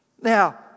Now